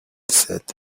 said